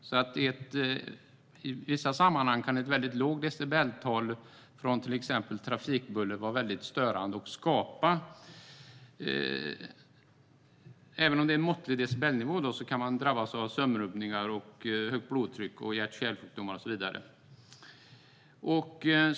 I vissa sammanhang kan ett väldigt lågt decibeltal från till exempel trafikbuller vara väldigt störande. Även om det är en måttlig decibelnivå kan man till exempel drabbas av sömnrubbningar, högt blodtryck, hjärt och kärlsjukdomar och så vidare.